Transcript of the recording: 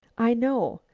i know,